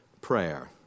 prayer